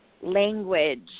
language